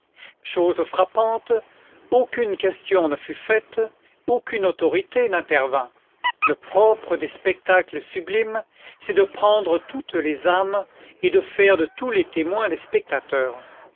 chose frappante aucune question ne fut faite aucune autorité n'intervint le propre des spectacles sublimes c'est de prendre toutes les âmes et de faire de tous les témoins des spectateurs